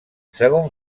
segon